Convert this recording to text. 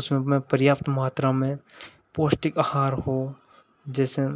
उसमें मैं पर्याप्त मात्रा में पोष्टिक आहार हो जैसे